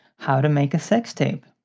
how to make a sex tape